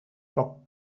poc